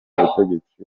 butegetsi